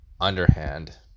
underhand